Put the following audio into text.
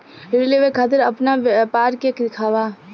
ऋण लेवे के खातिर अपना व्यापार के दिखावा?